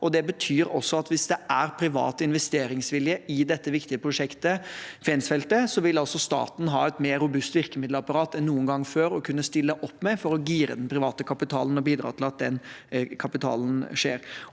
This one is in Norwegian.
det betyr også at hvis det er privat investeringsvilje i dette viktige prosjektet, Fensfeltet, vil altså staten ha et mer robust virkemiddelapparat enn noen gang før å kunne stille opp med for å gire den private kapitalen og bidra til at det skjer.